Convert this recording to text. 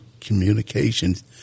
communications